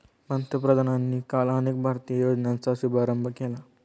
पंतप्रधानांनी काल अनेक भारतीय योजनांचा शुभारंभ केला